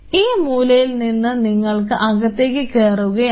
ഈ മൂലയിൽ നിന്ന് നിങ്ങൾ അകത്തേക്ക് കയറുകയാണ്